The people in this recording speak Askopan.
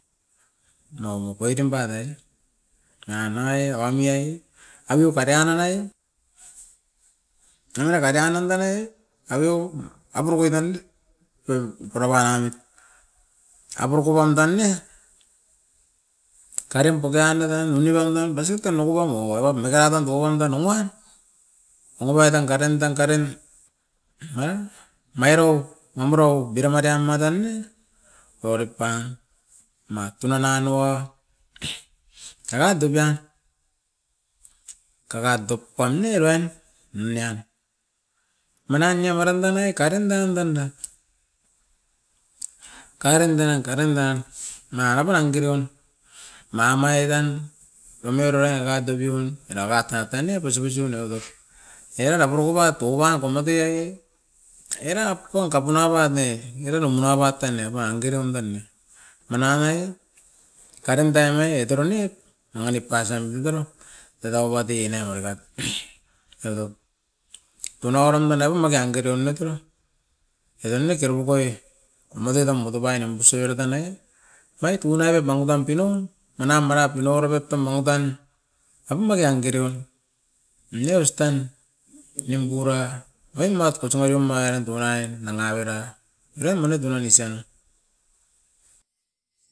Nau mokoitim baten nanga nangai agami ai aveu katia nanai, kania katia nan danai aveu aborokoi tan pep pura panamit. Aboroko pam tan ne, karean pokeiana tan unipandan basip tan ukupam okoim eka tan tokowa indan owan, okopain tan karin tan karin, era mairo mamuro biria madi amatan ne. Paua rit pan ma tunan anuo, era tupain kakat dop pan ne, uruain minian. Manain nia maran danai karin danda na, karin danan, karin danan nanaga rapara girion. Mamai dan domaido ra era top piun, era katat tan ne bosibosibin eva top. Eran a purukupat ovat komotoi aie, era pun kapuno avat ne, era rumuna evat tan ne abang girion tan ne. Manan ai karin danai e toronit, managi nip pasan deutoro edau wati neo oborikat. Eva top, tunaurun mana bum magean ge deon atoro, eda ne kerupukoi amotoi tam moto painim busup era tan nai, omait tunaiko mangu pam pino manam mara pinorobit tam mokutan, apum makeang irion. Neo ostan nimpura oin ma tokotsiu omairon tunain nanga avera. Oiran manutunon isa.